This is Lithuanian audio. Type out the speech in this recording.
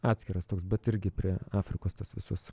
atskiras toks bet irgi prie afrikos tos visos